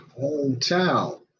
hometown